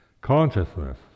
consciousness